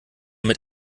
mit